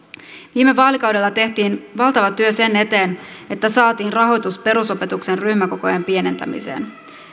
viime vaalikaudella tehtiin valtava työ sen eteen että saatiin rahoitus perusopetuksen ryhmäkokojen pienentämiseen